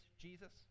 Jesus